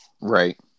Right